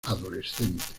adolescente